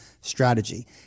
strategy